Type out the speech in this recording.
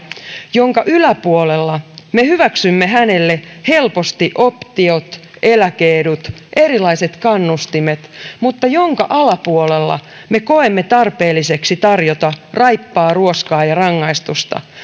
jonka yläpuolella me hyväksymme hänelle helposti optiot eläke edut ja erilaiset kannustimet mutta jonka alapuolella me koemme tarpeelliseksi tarjota raippaa ruoskaa ja rangaistusta